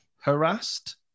harassed